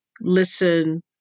listen